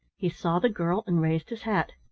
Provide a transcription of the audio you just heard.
he saw the girl, and raised his hat.